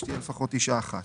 תהיה לפחות אישה אחת